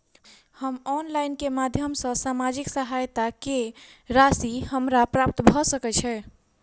हम ऑनलाइन केँ माध्यम सँ सामाजिक सहायता केँ राशि हमरा प्राप्त भऽ सकै छै?